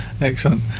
Excellent